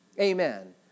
Amen